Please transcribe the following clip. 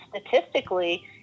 statistically